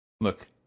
Look